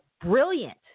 brilliant